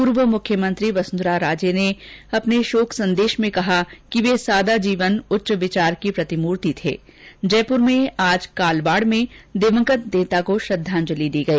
पूर्व मुख्यमंत्री वसुंधरा राजे ने अपने शोक संदेष में कहा कि वे सादा जीवन उच्च विचार की प्रतिमूर्ति थे जयपूर में आज कालवाड़ में दिवंगत नेता को श्रद्धांजलि दी गई